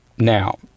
Now